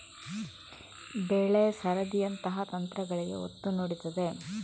ಬೆಳೆ ಸರದಿಯಂತಹ ತಂತ್ರಗಳಿಗೆ ಒತ್ತು ನೀಡುತ್ತದೆ